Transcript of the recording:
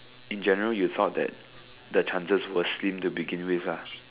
in general you thought that the chances were slim to begin with ah